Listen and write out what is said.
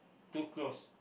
too close